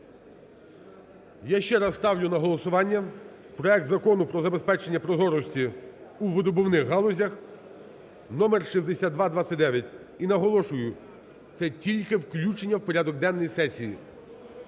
Я ще раз ставлю на голосування проект Закону про забезпечення прозорості у видобувних галузях (№ 6229). І наголошую, це тільки включення в порядок денний сесії.